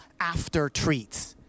after-treats